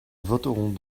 voterons